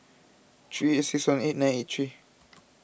three eight six one eight nine eight three